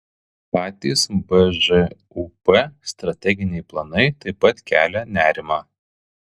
patys bžūp strateginiai planai taip pat kelia nerimą